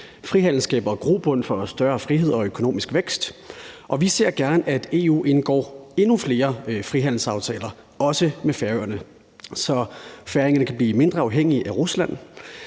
Frihandel skaber grobund for større frihed og økonomisk vækst, og vi ser gerne, at EU indgår endnu flere frihandelsaftaler, også med Færøerne, så færingerne kan blive mindre afhængige af Rusland.